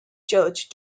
church